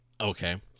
Okay